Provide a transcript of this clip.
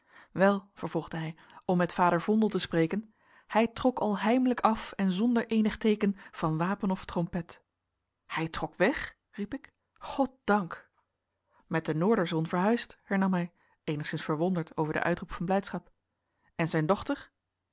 wel vervolgde hij om met vader vondel te spreken hy trock al heimlijck af en zonder eenigh teecken van wapen of trompet hij trok weg riep ik goddank met de noorderzon verhuisd hernam hij eenigszins verwonderd over den uitroep van blijdschap en zijn dochter